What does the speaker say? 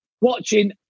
watching